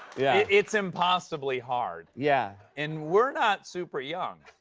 yeah. it's impossibly hard. yeah. and we're not super young,